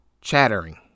chattering